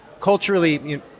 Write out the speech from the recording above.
culturally